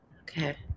Okay